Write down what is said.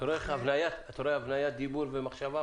אתה רואה הבניית דיבור ומחשבה?